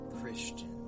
Christian